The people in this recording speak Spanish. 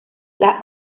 las